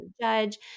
judge